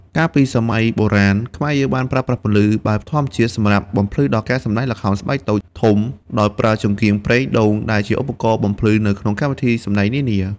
កាលពីសម័យបុរាណ ខ្មែរយើងបានប្រើប្រាស់ពន្លឺបែបធម្មជាតិសម្រាប់បំភ្លឺដល់ការសម្តែងល្ខោខស្បែកតូច ធំ ដោយប្រើចង្កៀងប្រេងដូងដែលជាឧបករណ៍បំភ្លឺនៅក្នុងកម្មវិធីសម្តែងនានា។